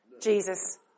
Jesus